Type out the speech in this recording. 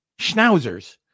Schnauzers